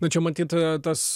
nu čia matyt a tas